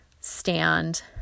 stand